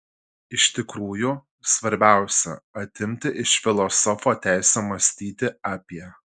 iš tikrųjų svarbiausia atimti iš filosofo teisę mąstyti apie